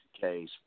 case